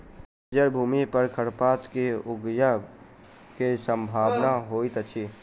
बंजर भूमि पर खरपात के ऊगय के सम्भावना होइतअछि